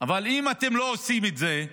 אבל אם אתם לא עושים את זה,